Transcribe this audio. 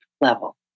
level